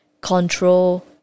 control